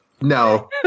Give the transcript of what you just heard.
No